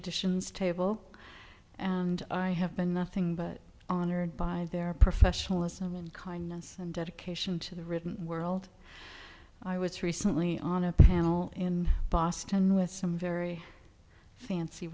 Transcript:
editions table and i have been nothing but honored by their professionalism and kindness and dedication to the written world i was recently on a panel in boston with some very fancy